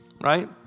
right